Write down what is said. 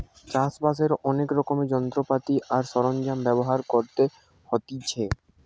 চাষ বাসের অনেক রকমের যন্ত্রপাতি আর সরঞ্জাম ব্যবহার করতে হতিছে